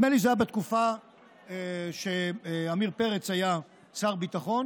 נדמה לי שזה היה בתקופה שעמיר פרץ היה שר ביטחון.